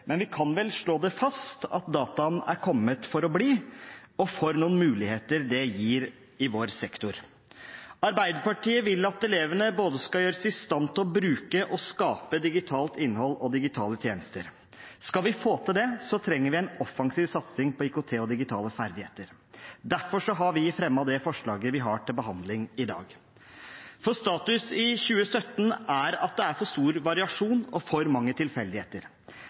men vi kan vel slå fast at dataen er kommet for å bli – og for noen muligheter det gir i vår sektor! Arbeiderpartiet vil at elevene skal gjøres i stand til både å bruke og å skape digitalt innhold og digitale tjenester. Skal vi få til det, trenger vi en offensiv satsing på IKT og digitale ferdigheter. Derfor har vi fremmet det forslaget vi har til behandling i dag. Status i 2017 er at det er for stor variasjon og for mange tilfeldigheter: